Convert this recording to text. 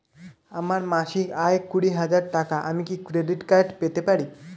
আমার মাসিক আয় কুড়ি হাজার টাকা আমি কি ক্রেডিট কার্ড পেতে পারি?